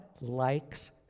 likes